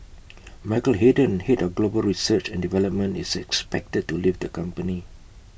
Michael Hayden Head of global research and development is expected to leave the company